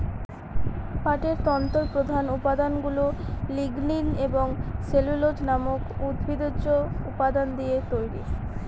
পাটের তন্তুর প্রধান উপাদানগুলা লিগনিন এবং সেলুলোজ নামক উদ্ভিজ্জ উপাদান দিয়ে তৈরি